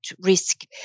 risk